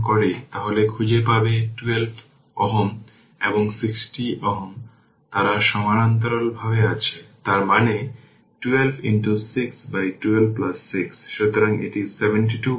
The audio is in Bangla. যদি সুইচটি দীর্ঘ সময়ের জন্য ক্লোজ থাকে তবে এই ইন্ডাক্টরটি ডিসি হিসাবে আচরণ করবে কারণ এটি একটি ডিসি সোর্স এটি শর্ট সার্কিট হবে